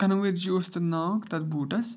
کَنؤرجی اوس تَتھ ناو تَتھ بوٗٹَس